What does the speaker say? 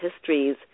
histories